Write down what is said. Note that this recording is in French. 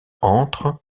entre